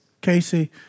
Casey